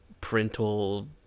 parental